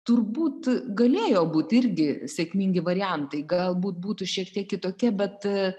turbūt galėjo būt irgi sėkmingi variantai galbūt būtų šiek tiek kitokie bet